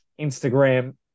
instagram